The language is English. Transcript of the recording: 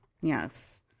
Yes